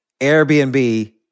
Airbnb